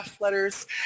letters